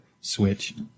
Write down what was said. switch